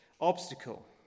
obstacle